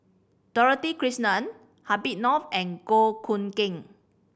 Dorothy Krishnan Habib Noh and Goh Hood Keng